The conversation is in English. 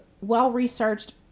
well-researched